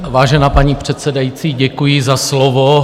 Vážená paní předsedající, děkuji za slovo.